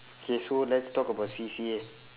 okay so let's talk about C_C_A